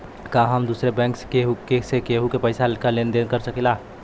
का हम दूसरे बैंक से केहू के पैसा क लेन देन कर सकिला?